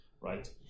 right